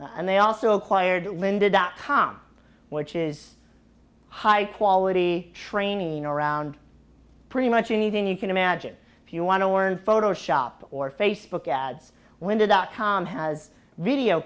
and they also acquired lynda dot com which is high quality training around pretty much anything you can imagine if you want to warn photoshop or facebook ads window dot com has